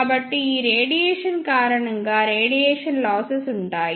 కాబట్టి ఈ రేడియేషన్ కారణంగా రేడియేషన్ లాసెస్ ఉంటాయి